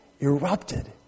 erupted